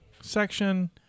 section